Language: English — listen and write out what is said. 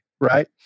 right